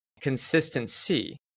consistency